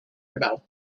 about